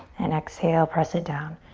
and exhale, press it down.